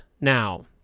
now